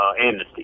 amnesty